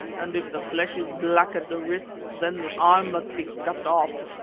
and if the flesh is black at the wrist, then the arm must be cut off